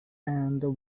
and